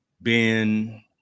Ben